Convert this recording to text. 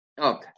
Okay